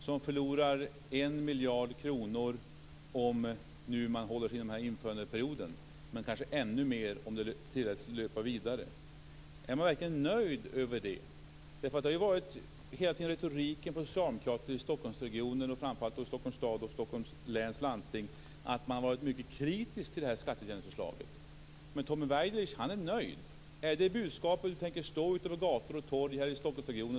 Man förlorar 1 miljard kronor under den här införandeperioden och kanske ännu mer om den tillåts löpa vidare. Är Tommy Waidelich verkligen nöjd med det? Socialdemokrater i Stockholmsregionen, framför allt i Stockholms stad och i Stockholms läns landsting, har hela tiden varit mycket kritiska till det här skatteutjämningsförslaget. Men Tommy Waidelich är nöjd. Är det detta budskap som du tänker föra ut på gator och torg här i Stockholmsregionen?